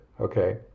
okay